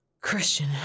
Christian